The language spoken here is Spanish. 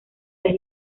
las